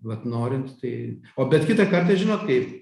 vat norint tai o bet kitą kartą žinot kai